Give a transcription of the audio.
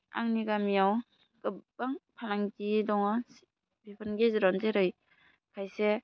आंनि गामियाव गोबां फालांगि दङ बिफोरनि गेजेरावनो जेरै खायसे